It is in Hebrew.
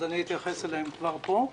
אז אתייחס אליהן כבר פה.